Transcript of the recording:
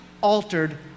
altered